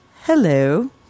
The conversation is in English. hello